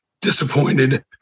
disappointed